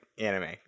anime